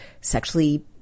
sexually